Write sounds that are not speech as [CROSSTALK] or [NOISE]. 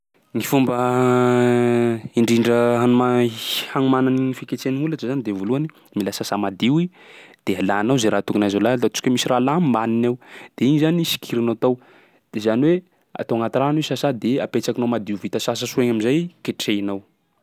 Ny fomba [HESITATION] indrindra hanoma hi- hanomana ny fiketreha ny holatsa zany de voalohany: mila sasà madio i, de alanao zay raha tokony azo alà, ataontsika hoe misy raha alà ambaniny ao, de igny zany sikirinao tao de zany hoe atao agnaty rano i sasà de apetrakinao madio vita sasa soa i am'zay ketrehinao.